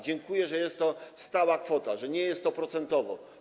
Dziękuję, że jest to stała kwota, że nie jest to procent.